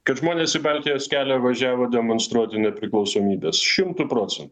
kad žmonės į baltijos kelią važiavo demonstruoti nepriklausomybės šimtu procentų